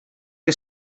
que